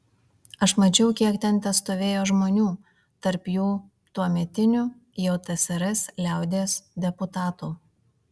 aš mačiau kiek ten testovėjo žmonių tarp jų tuometinių jau tsrs liaudies deputatų